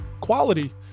quality